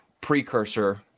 precursor